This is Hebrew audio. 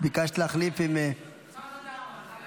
ביקשת להחליף עם --- חמד עמאר.